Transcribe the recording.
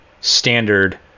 standard